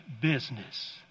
business